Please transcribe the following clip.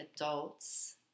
adults